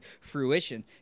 fruition